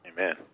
Amen